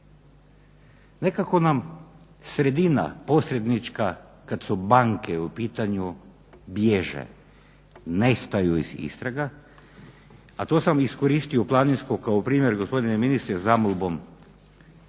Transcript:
Nekako nam sredina posrednička kad su banke u pitanju bježe, nestaju iz istraga, a to sam iskoristio Planinsku kao primjer gospodine ministre zamolbom